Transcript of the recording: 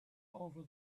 over